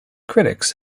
critics